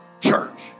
church